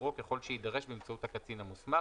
איתורו ככל שיידרש באמצעות הקצין המוסמך,